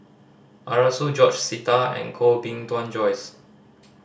Arasu George Sita and Koh Bee Tuan Joyce